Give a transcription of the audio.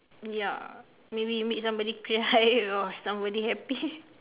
ya maybe you made somebody cry or somebody happy